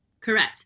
Correct